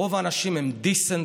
רוב האנשים הם decent,